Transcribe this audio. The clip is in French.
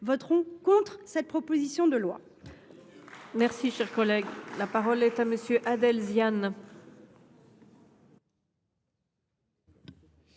voteront contre cette proposition de loi